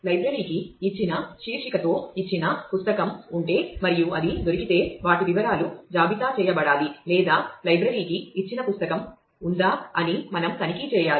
లైబ్రరీకి ఇచ్చిన శీర్షికతో ఇచ్చిన పుస్తకం ఉంటే మరియు అది దొరికితే వాటి వివరాలు జాబితా చేయబడాలి లేదా లైబ్రరీకి ఇచ్చిన పుస్తకం ఉందా అని మనం తనిఖీ చేయాలి